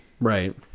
Right